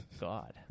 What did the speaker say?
God